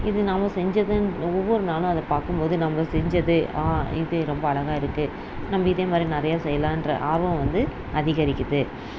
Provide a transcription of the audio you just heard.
இது நாம செஞ்சது ஒவ்வொரு நாளும் அதை பார்க்கும்போது நம்ப செஞ்சது ஆ இது ரொம்ப அழகாக இருக்கு நம்ப இதே மாதிரி நிறையா செய்யலாம்ன்ற ஆர்வம் வந்து அதிகரிக்குது